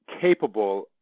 capable